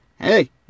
hey